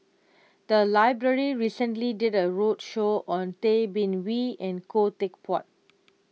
the library recently did a roadshow on Tay Bin Wee and Khoo Teck Puat